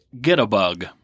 Get-A-Bug